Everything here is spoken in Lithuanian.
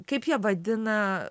kaip jie vadina